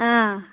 آ